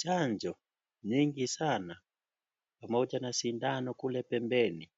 Chanjo nyingi sana pamoja na sindano kule pembeni